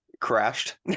Crashed